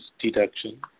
deduction